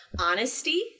honesty